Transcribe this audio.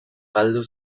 galdu